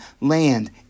land